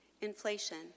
Inflation